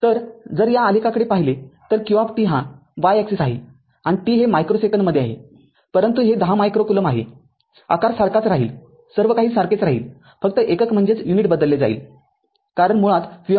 तरजर आलेखाकडे पाहिले तर q हा y axis आहे आणि t हे मायक्रो सेकंदमध्ये आहेपरंतु हे १० मायक्रो कुलोम्ब आहे आकार सारखाच राहील सर्व काही सारखेच राहील फक्त एकक बदलले जाईल कारण मुळात v